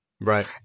Right